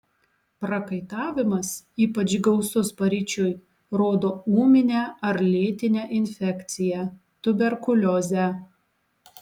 prakaitavimas ypač gausus paryčiui rodo ūminę ar lėtinę infekciją tuberkuliozę